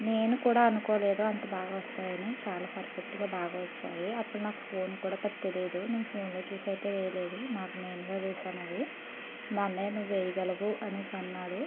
నేను కూడా అనుకోలేదు అంత బాగా వస్తాయి అని చాలా పర్ఫెక్ట్గా బాగా వచ్చాయి అప్పుడు నాకు ఫోన్ కూడా పెద్దగా తెలియదు నేను ఫోన్లో చూసి అయితే వేయలేదు నాకు నేనుగా వేసానది మాన్నయ నువ్వు వేయగలవు అని అన్నాడు